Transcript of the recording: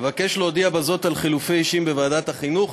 אבקש להודיע בזאת על חילופי אישים בוועדת החינוך,